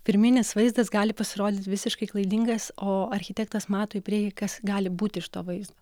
pirminis vaizdas gali pasirodyti visiškai klaidingas o architektas mato į priekį kas gali būti iš to vaizd